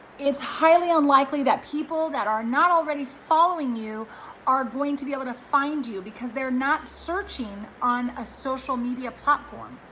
it's highly unlikely that people that are not already following you are going to be able to find you because they're not searching on a social media platform.